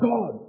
God